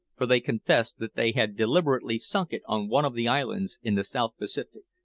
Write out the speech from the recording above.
for they confessed that they had deliberately sunk it on one of the islands in the south pacific.